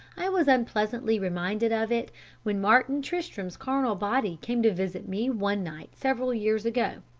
i was unpleasantly reminded of it when martin tristram's carnal body came to visit me one night several years ago.